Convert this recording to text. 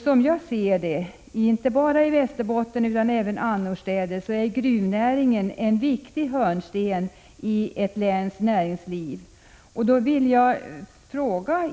Som jag ser det, inte bara i Västerbotten utan även annorstädes, är gruvnäringen en viktig hörnsten i ett läns näringsliv.